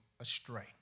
astray